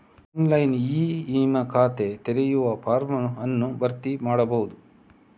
online e ವಿಮಾ ಖಾತೆ ತೆರೆಯುವ ಫಾರ್ಮ್ ಅನ್ನು ಭರ್ತಿ ಮಾಡಬಹುದು